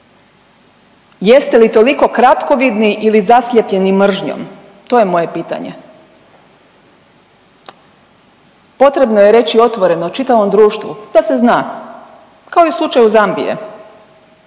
Jeste li toliko kratkovidni ili zaslijepljeni mržnjom, to je moje pitanje? Potrebno je reći otvoreno čitavom društvu da se zna, kao i u slučaju Zambije,